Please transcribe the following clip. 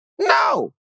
no